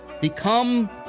Become